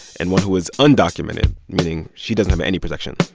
and one who is undocumented, meaning she doesn't have any protection,